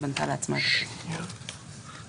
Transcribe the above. חובת גילוי ובדיקה רפואית שנעשתה בשלב יותר מאוחר,